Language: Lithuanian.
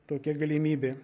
tokia galimybė